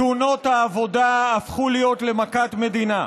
תאונות העבודה הפכו להיות מכת מדינה.